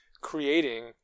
creating